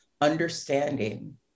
understanding